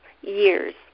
years